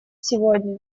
сегодня